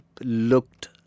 looked